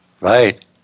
Right